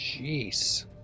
Jeez